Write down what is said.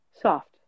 Soft